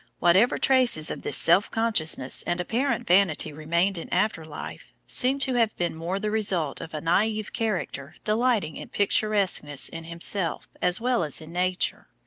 whatever traces of this self-consciousness and apparent vanity remained in after life, seem to have been more the result of a naive character delighting in picturesqueness in himself as well as in nature,